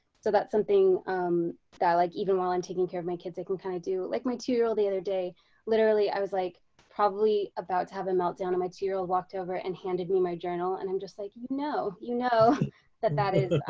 so that's something i like even while i'm taking care of my kids i can kind of do like my two-year-old the other day literally i was like probably about to have a meltdown on my two-year-old walked over and handed me my journal and i'm just like you know, you know that that is